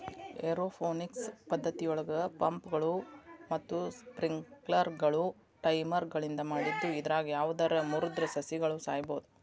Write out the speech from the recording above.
aeroponics ಪದ್ದತಿಯೊಳಗ ಪಂಪ್ಗಳು ಮತ್ತ ಸ್ಪ್ರಿಂಕ್ಲರ್ಗಳು ಟೈಮರ್ಗಳಿಂದ ಮಾಡಿದ್ದು ಇದ್ರಾಗ ಯಾವದರ ಮುರದ್ರ ಸಸಿಗಳು ಸಾಯಬೋದು